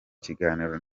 kiganiro